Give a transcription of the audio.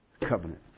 covenant